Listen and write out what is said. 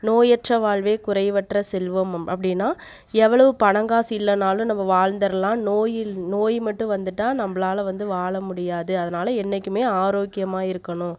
நோயற்ற வாழ்வே குறைவற்ற செல்வம் அப்படின்னா எவ்வளோ பணம் காசு இல்லைனாலும் நம்ம வாழ்ந்தடலாம் நோயி நோய் மட்டும் வந்துட்டால் நம்மளாலே வந்து வாழ முடியாது அதனால என்றைக்குமே ஆரோக்கியமாக இருக்கணும்